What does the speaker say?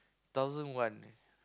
thousand one leh